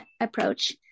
approach